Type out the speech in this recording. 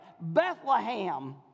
Bethlehem